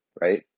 right